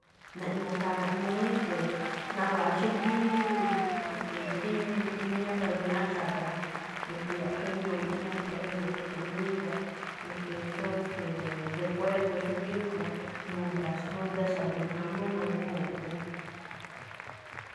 Naꞌñuu khaa, nuñi̱í ste̱e̱, nawa̱a xúgíí ríí, e̱ste̱e̱, rí nu- nuñi̱í apadrináár xa̱bo̱ rá, e̱ste̱e̱. A̱ꞌkhue̱n nawixná, por ejemplo xóo comida, e̱ste̱e̱, xóo e̱ste̱e̱e̱, recuerdo, xúgíí rúꞌkho̱ rá, nuda̱a, nuda xa̱bo̱ najanúú nagúu̱n guꞌwúún.